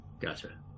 Gotcha